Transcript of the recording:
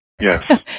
yes